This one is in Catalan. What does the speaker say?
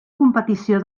competició